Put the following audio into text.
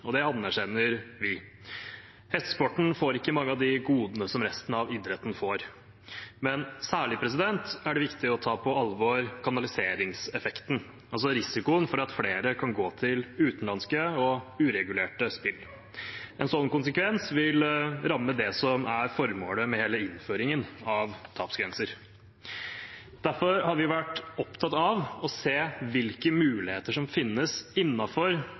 de godene som resten av idretten får, men det er særlig viktig å ta på alvor kanaliseringseffekten, altså risikoen for at flere kan komme til å gå til utenlandske og uregulerte spill. En slik konsekvens vil ramme det som er hele formålet med innføringen av tapsgrenser. Derfor har vi vært opptatt av å se hvilke muligheter som finnes